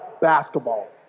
basketball